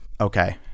Okay